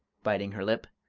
biting her lip.